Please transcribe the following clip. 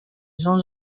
jean